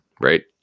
right